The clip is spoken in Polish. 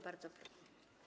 Bardzo proszę.